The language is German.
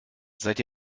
seid